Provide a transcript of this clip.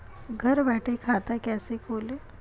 घर बैठे खाता कैसे खोलें?